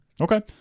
okay